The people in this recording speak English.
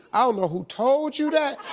i don't know who told you that,